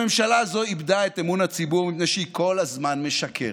הממשלה הזו איבדה את אמון הציבור מפני שהיא כל הזמן משקרת.